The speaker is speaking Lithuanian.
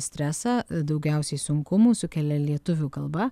stresą daugiausiai sunkumų sukelia lietuvių kalba